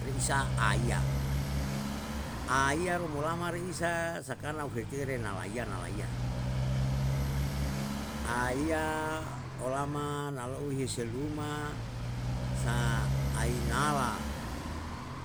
Reisa aiya, aiya romolama reisa sakana uheke na renalaiya nalaiya, aiya olama na lau hse luma sa ainala,